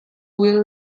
will